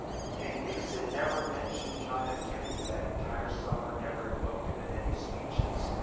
and nixon never mentioned john f kennedy that entire summer, never invoked him in any speeches.